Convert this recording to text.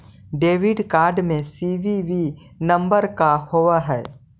Debit card में CVV number का होव हइ?